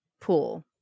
pool